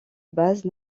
basse